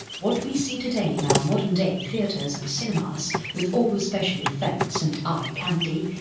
what we see today in our modern day theatres and cinemas with all the special effects and eye candy,